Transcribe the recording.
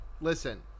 listen